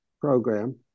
program